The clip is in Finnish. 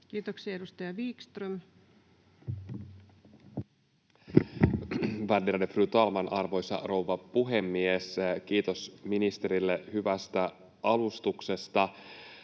Kiitoksia. — Edustaja Wickström. Värderade fru talman, arvoisa rouva puhemies! Kiitos ministerille hyvästä alustuksesta.